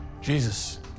Jesus